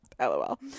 LOL